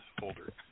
folder